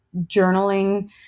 journaling